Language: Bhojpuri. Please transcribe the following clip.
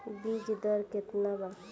बीज दर केतना वा?